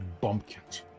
bumpkins